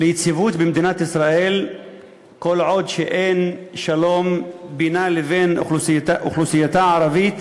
ליציבות במדינת ישראל כל עוד אין שלום בינה לבין אוכלוסייתה הערבית